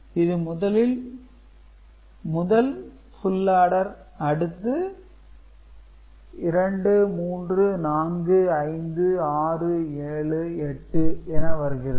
இது முதலில் முதல் ஃபுல் ஆடர் அடுத்து 2345678 என வருகிறது